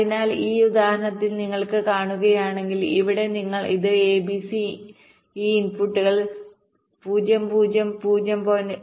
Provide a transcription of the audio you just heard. അതിനാൽ ഈ ഉദാഹരണത്തിൽ നിങ്ങൾ കാണുകയാണെങ്കിൽ ഇവിടെ നിങ്ങൾ ഇത് a b c ഈ ഇൻപുട്ടുകൾ 0 0 0